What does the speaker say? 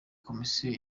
komisiyo